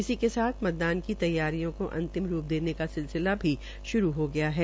इसीके साथ मतदान की तैयारियां को अंतिम रूप देने का सिलसिला श्रू हो गया है